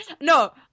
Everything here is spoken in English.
No